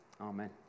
Amen